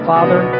Father